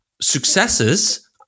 successes